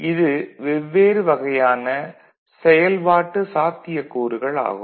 இது வெவ்வேறு வகையான செயல்பாட்டு சாத்தியக்கூறுகள் ஆகும்